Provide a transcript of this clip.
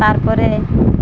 ତାର୍ ପରେ